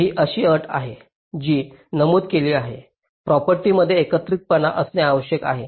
ही अशी अट आहे जी नमूद केली आहे प्रॉपर्टी मध्ये एकपात्रीपणा असणे आवश्यक आहे